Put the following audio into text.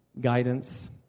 guidance